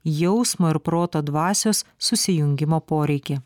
jausmo ir proto dvasios susijungimo poreikį